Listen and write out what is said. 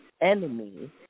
enemy